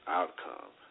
outcome